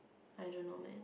I don't know man